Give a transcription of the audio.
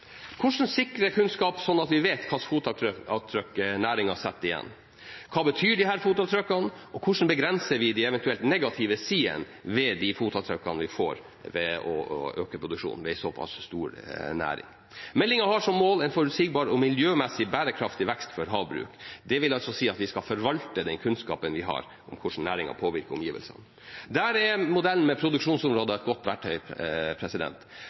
Hvordan sikre kunnskap, sånn at vi vet hvilket fotavtrykk næringen setter? Hva betyr disse fotavtrykkene, og hvordan begrenser vi de eventuelt negative sidene ved de fotavtrykkene vi får ved å øke produksjonen til en såpass stor næring? Meldingen har som mål en forutsigbar og miljømessig bærekraftig vekst for havbruk. Det vil si at vi skal forvalte den kunnskapen vi har om hvordan næringen påvirker omgivelsene. Der er modellen med produksjonsområder et godt verktøy.